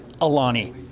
Alani